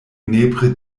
nepre